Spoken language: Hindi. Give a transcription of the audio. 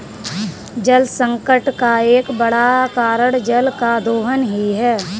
जलसंकट का एक बड़ा कारण जल का दोहन ही है